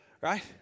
Right